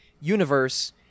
universe